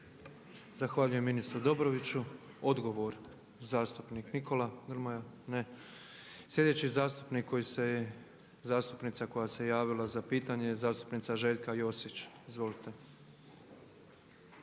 Zahvaljujem ministru Dobroviću. Odgovor zastupnik Nikola Grmoja? Ne. Sljedeći zastupnik koji se je, zastupnica koja se je javila za pitanje je zastupnica Željka Josić. Izvolite.